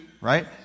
right